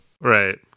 Right